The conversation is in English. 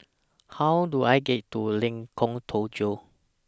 How Do I get to Lengkong Tujuh